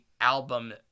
album